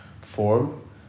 form